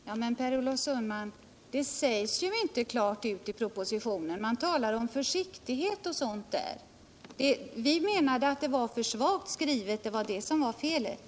Herr talman! Men, Per Olof Sundman, det sägs ju inte klart ut i propositionen. Man talar där om försiktighet m.m. Vi menade att det var för svagt skrivet — det var det som var felet.